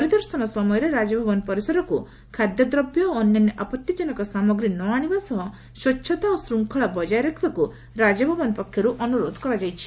ପରିଦର୍ଶନ ସମୟରେ ରାଜଭବନ ପରିସରକୁ ସାଙ୍ଗରେ ଖାଦ୍ୟଦ୍ରବ୍ୟ ଓ ଅନ୍ୟାନ୍ୟ ଆପଉି ସାମଗ୍ରୀ ନ ଆଶିବା ସହ ସ୍ବଛତା ଓ ଶ୍ବଙ୍ଖଳା ବଜାୟ ରଖିବାକୁ ରାଜଭବନ ପକ୍ଷର୍ ଅନୁରୋଧ କରାଯାଇଛି